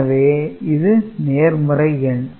எனவே இது நேர்மறை எண்